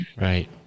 right